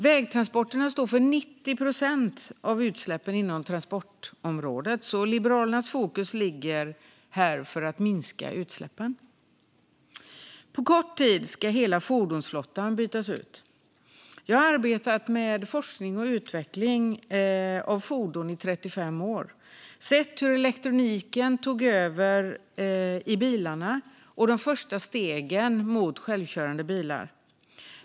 Vägtransporterna står för 90 procent av utsläppen inom transportområdet, så Liberalernas fokus för att minska utsläppen ligger här. På kort tid ska hela fordonsflottan bytas ut. Jag har arbetat med forskning på och utveckling av fordon i 35 år. Jag har sett hur elektroniken tog över i bilarna och de första stegen mot självkörande bilar.